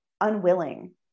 unwilling